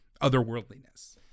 otherworldliness